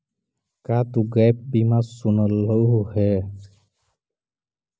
का तु गैप बीमा सुनलहुं हे?